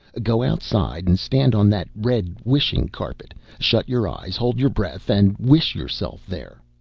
go outside and stand on that red wishing-carpet shut your eyes, hold your breath, and wish yourself there.